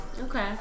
Okay